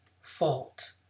fault